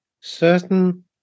Certain